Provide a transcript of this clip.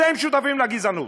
אתם שותפים לגזענות,